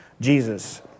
Jesus